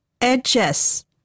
Edges